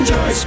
Joy